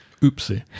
Oopsie